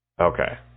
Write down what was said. Okay